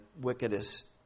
wickedest